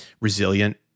resilient